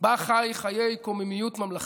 בה חי חיי קוממיות ממלכתית,